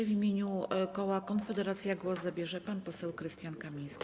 W imieniu koła Konfederacja głos zabierze pan poseł Krystian Kamiński.